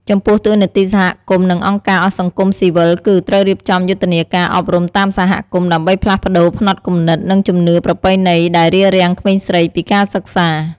ចំពោះតួនាទីសហគមន៍ និងអង្គការសង្គមស៊ីវិលគឺ ត្រូវរៀបចំយុទ្ធនាការអប់រំតាមសហគមន៍ ដើម្បីផ្លាស់ប្តូរផ្នត់គំនិត និងជំនឿប្រពៃណីដែលរារាំងក្មេងស្រីពីការសិក្សា។